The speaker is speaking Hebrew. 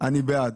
אני בעד.